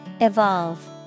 Evolve